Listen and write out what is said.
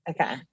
okay